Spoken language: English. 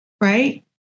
right